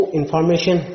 information